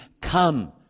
Come